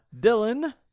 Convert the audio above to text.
Dylan